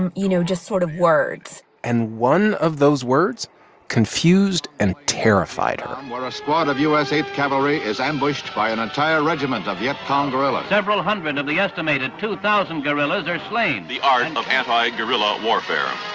and you know, just sort of words and one of those words confused and terrified her. where a squad of u s. eighth cavalry is ambushed by an entire regiment of viet cong guerrillas. several hundred and of the estimated two thousand guerrillas are slain the art of anti-guerrilla warfare